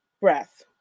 breath